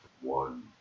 One